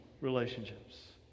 relationships